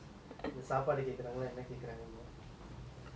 so would you fight a